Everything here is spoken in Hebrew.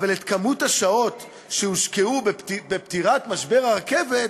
אבל את מספר השעות שהושקעו בפתירת משבר הרכבת,